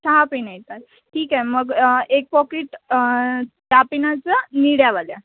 सहा पेनं येतात ठीक आहे मग एक पॉकीट त्या पेनाच निळ्यावाल्या